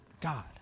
God